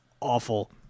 awful